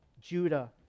Judah